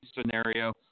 scenario